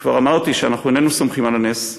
וכבר אמרתי שאנחנו איננו סומכים על הנס,